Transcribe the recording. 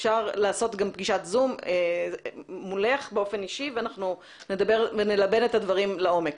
אפשר לעשות גם פגישת זום מולך באופן אישי ואנחנו נלבן את הדברים לעומק.